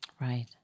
Right